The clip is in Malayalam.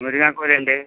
മുരിങ്ങാക്കോൽ ഉണ്ട്